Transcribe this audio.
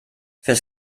fürs